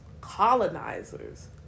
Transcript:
colonizers